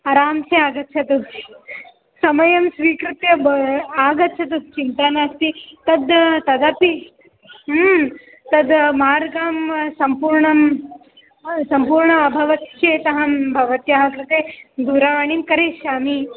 अरांसे आगच्छतु समयं स्वीकृत्य आगच्छतु चिन्ता नास्ति तद् तदपि तद् मार्गं सम्पूर्णं सम्पूर्णम् अभवत् चेत् अहं भवत्याः कृते दूरवाणीं करिष्यामि